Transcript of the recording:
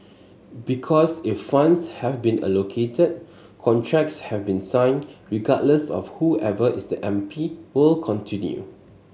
because if funds have been allocated contracts have been signed regardless of whoever is the M P will continue